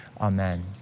Amen